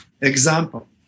Example